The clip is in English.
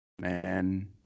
man